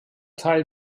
teil